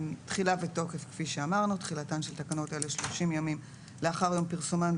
תחילת התוקף אמרנו: תחילתן של תקנות אלה 30 ימים לאחר יום פרסומן,